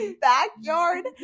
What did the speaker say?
backyard